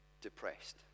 depressed